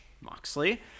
Moxley